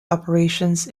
operations